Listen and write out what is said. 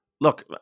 Look